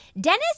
Dennis